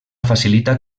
facilita